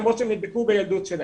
למרות שהם נדבקו בילדות שלהם.